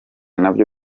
nabyo